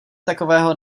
takového